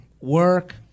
work